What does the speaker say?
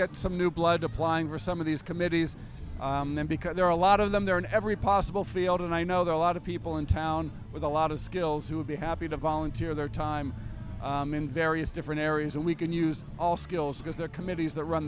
get some new blood applying for some of these committees because there are a lot of them there in every possible field and i know there are a lot of people in town with a lot of skills who would be happy to volunteer their time in various different areas and we can use all skills because there are committees